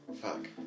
Fuck